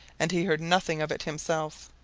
and he heard nothing of it himself.